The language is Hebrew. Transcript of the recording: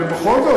ובכל זאת,